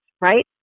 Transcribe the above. right